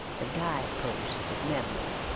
the guide-posts of memory.